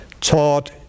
taught